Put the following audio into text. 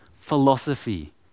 philosophy